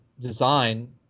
design